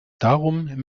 darum